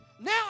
now